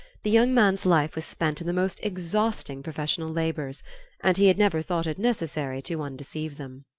the young man's life was spent in the most exhausting professional labours and he had never thought it necessary to undeceive them.